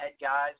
guys